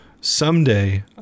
Someday